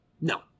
No